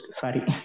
sorry